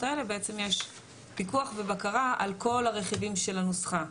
האלה בעצם יש פיקוח ובקרה על כל הרכיבים של הנוסחה.